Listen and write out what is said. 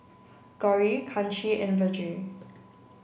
Gauri Kanshi and Vedre